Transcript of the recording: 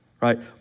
right